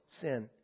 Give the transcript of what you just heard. sin